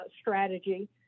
strategy